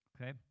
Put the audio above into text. Okay